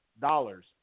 dollars